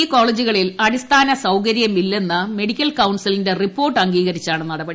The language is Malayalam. ഈ കോളേജുകളിൽ അടിസ്ഥാന സൌകര്യമില്ലെന്ന മെഡിക്കൽ കൌൺസിലിന്റെ റിപ്പോർട്ട് അംഗീകരിച്ചാണ് നടപടി